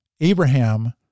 Abraham